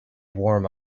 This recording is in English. warm